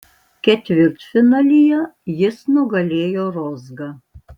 ketvirtfinalyje jis nugalėjo rozgą